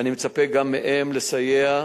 ואני מצפה גם מהם לסייע,